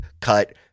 cut